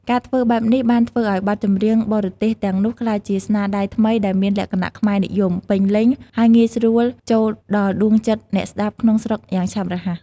ការធ្វើបែបនេះបានធ្វើឲ្យបទចម្រៀងបរទេសទាំងនោះក្លាយជា ស្នាដៃថ្មីដែលមានលក្ខណៈខ្មែរនិយម ពេញលេញ ហើយងាយស្រួលចូលដល់ដួងចិត្តអ្នកស្តាប់ក្នុងស្រុកយ៉ាងឆាប់រហ័ស។